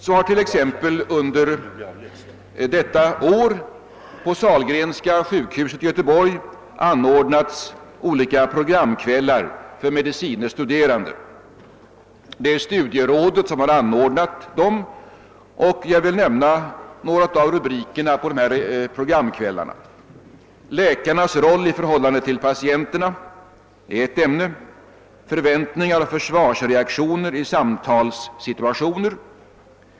Så har t.ex. under detta år på Sahlgrenska sjukhuset i Göteborg anordnats olika programkvällar för medicine studerande. Det är studierådet som har gjort detta, och jag vill nämna några av rubrikerna till programmen: Förväntningar och försvarsreaktioner i samtalssituationer.